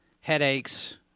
headaches